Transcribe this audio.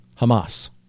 hamas